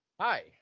Hi